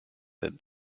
that